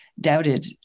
doubted